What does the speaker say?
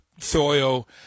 soil